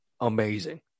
amazing